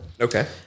okay